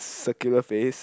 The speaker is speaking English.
circular face